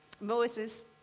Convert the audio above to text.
Moses